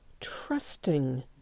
trusting